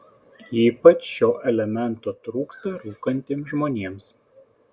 ypač šio elemento trūksta rūkantiems žmonėms